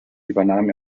übernahm